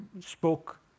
spoke